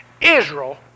Israel